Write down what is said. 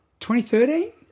2013